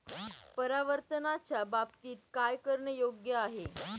परावर्तनाच्या बाबतीत काय करणे योग्य आहे